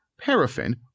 paraffin